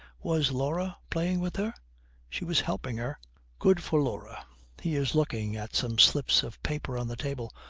was laura playing with her she was helping her good for laura he is looking at some slips of paper on the table.